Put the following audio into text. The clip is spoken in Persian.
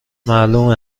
معلومه